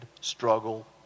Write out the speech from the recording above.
struggle